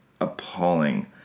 appalling